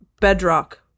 bedrock